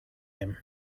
him